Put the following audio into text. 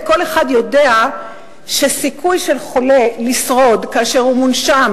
וכל אחד יודע שהסיכוי של חולה לשרוד כאשר הוא מונשם